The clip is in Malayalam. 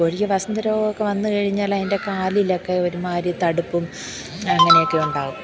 കോഴിക്ക് വസന്ത രോഗമൊക്കെ വന്നു കഴിഞ്ഞാൽ അതിൻ്റെ കാലിലൊക്കെ ഒരുമാതിരി തടുപ്പും അങ്ങനെയൊക്കെ ഉണ്ടാാവും